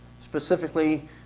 specifically